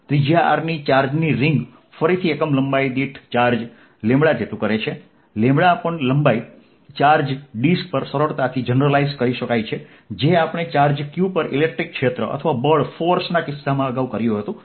ત્રિજ્યા r ની ચાર્જની રીંગ ફરીથી એકમ લંબાઈ દીઠ ચાર્જ કરે છે લંબાઈ ચાર્જ ડિસ્ક પર સરળતાથી જનરલાઇઝ્ડ કરી શકાય છે જે આપણે ચાર્જ q પર ઇલેક્ટ્રિક ક્ષેત્ર અથવા બળ ના કિસ્સામાં અગાઉ કર્યું હતું